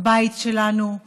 בבית שלנו,